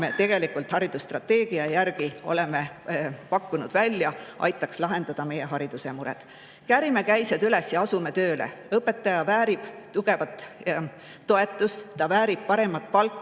me tegelikult haridusstrateegia järgi oleme välja pakkunud. Ehk see aitaks lahendada meie hariduse muresid? Käärime käised üles ja asume tööle! Õpetaja väärib tugevat toetust, väärib paremat palka,